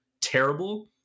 terrible